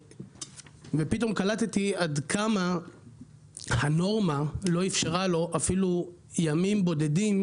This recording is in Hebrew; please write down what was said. פתאום קלטתי עד כמה הנורמה לא אפשרה לו אפילו ימים בודדים